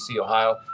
Ohio